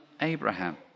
Abraham